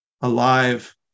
alive